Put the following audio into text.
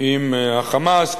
עם ה"חמאס",